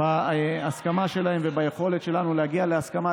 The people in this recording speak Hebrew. בהסכמה שלהם וביכולת שלנו להגיע להסכמה,